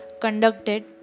conducted